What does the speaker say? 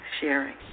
sharing